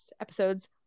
episodes